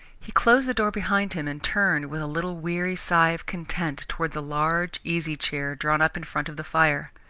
he closed the door behind him and turned, with a little weary sigh of content, towards a large easy-chair drawn up in front of the fire.